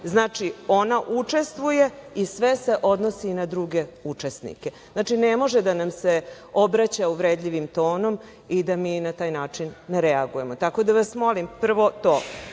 Znači, ona učestvuje i sve se odnosi na druge učesnike. Znači, ne može da nam se obraća uvredljivim tonom i da mi na taj način ne reagujemo. Tako da vas molim, prvo